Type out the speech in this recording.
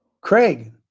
Craig